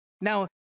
Now